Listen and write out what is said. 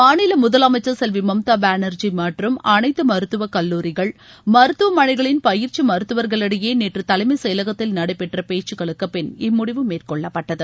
மாநில முதலமைச்சர் செல்வி மம்தா பானர்ஜி மற்றும் அனைத்து மருத்துவக் கல்லுாரிகள் மருத்துவமனைகளின் பயிற்சி மருத்துவர்களிடையே நேற்று தலைமச் செயலகத்தில் நடைபெற்ற பேச்சுக்களுக்குப்பின் இம்முடிவு மேற்கொள்ளப்பட்டது